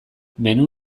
menu